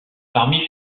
parmi